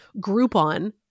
Groupon